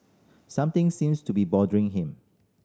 something seems to be bothering him